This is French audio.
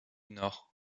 nord